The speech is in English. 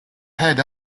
head